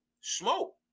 Smoke